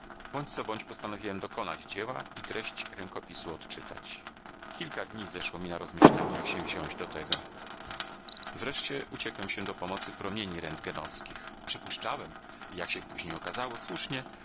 co bądź postanowiłem dokonać dzieła i treść rękopisu odczytać kilka dni zeszło mi na rozmyślaniu jak się wziąć do tego wreszcie uciekłem się do pomocy promieni rntgenowskich przypuszczałem i jak się później okazało słusznie